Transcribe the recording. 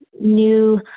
new